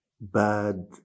bad